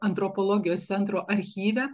antropologijos centro archyve